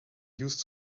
used